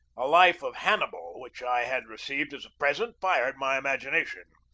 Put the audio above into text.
a life of hannibal which i had received as a present fired my imagination.